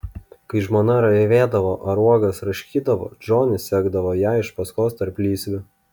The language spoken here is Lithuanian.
kai žmona ravėdavo ar uogas raškydavo džonis sekdavo ją iš paskos tarplysviu